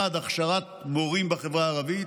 1. הכשרת מורים בחברה הערבית,